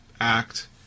act